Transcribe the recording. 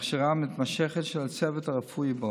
והכשרה מתמשכת של הצוות הרפואי בו.